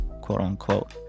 quote-unquote